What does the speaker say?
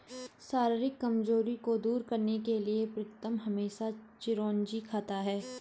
शारीरिक कमजोरी को दूर करने के लिए प्रीतम हमेशा चिरौंजी खाता है